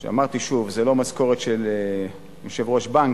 אמרתי, שוב, זה לא משכורת של יושב-ראש בנק,